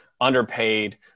underpaid